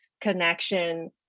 connection